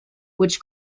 which